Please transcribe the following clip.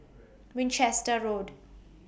Winchester Road